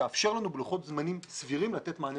שתאפשר לנו בלוחות זמנים סבירים לתת מענה.